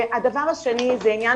הדבר השני זה עניין